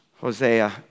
Hosea